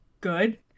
good